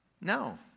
No